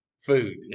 Food